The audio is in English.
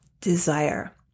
desire